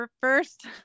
first